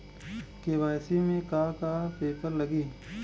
KYC में का का पेपर लगी?